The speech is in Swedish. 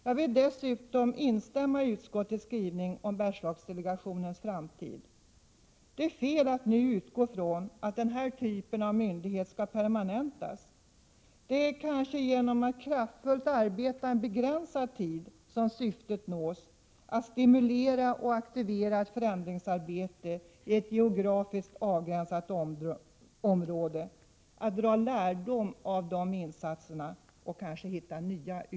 Jag vill dessutom instämma i utskottets skrivning om Bergslagsdelegationens framtid. Det är fel att nu utgå ifrån att denna typ av myndighet skall permanentas. Det är kanske genom att kraftfullt arbeta under begränsad tid som syftet nås att stimulera och aktivera förändringsarbete i ett geografiskt avgränsat område, och att dra lärdom av dessa insatser och kanske hitta nya Prot.